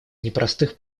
непростых